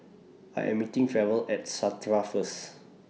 I Am meeting Ferrell At Strata First